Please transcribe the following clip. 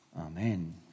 Amen